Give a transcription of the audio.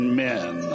men